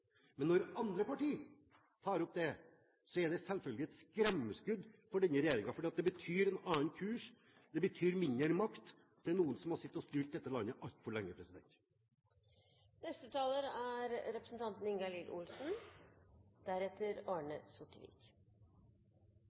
Men når andre partier tar opp det, er det selvfølgelig et skremmeskudd for denne regjeringen, for det betyr en annen kurs, og det betyr mindre makt. Det er noen som har sittet og styrt dette landet altfor lenge.